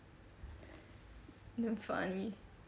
not funny